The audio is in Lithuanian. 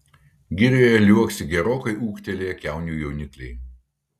girioje liuoksi gerokai ūgtelėję kiaunių jaunikliai